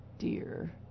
Dear